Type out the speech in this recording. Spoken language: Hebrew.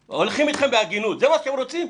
הולכים איתכם בהגינות, האם זה מה שאתם רוצים?